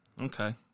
Okay